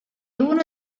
uno